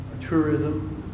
tourism